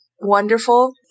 wonderful